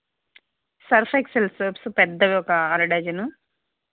Surf Excel soaps పెద్దవి ఒక అర డజను